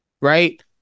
Right